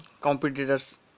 competitors